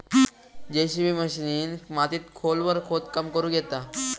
JCB मशिनीन मातीत खोलवर खोदकाम करुक येता